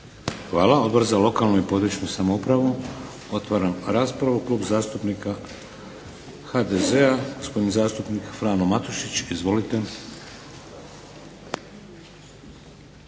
Hvala. Odbor za područnu i lokalnu samoupravu? Otvaram raspravu. Klub zastupnika HDZ-a gospodin zastupnik Frano Matušić. Izvolite.